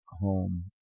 home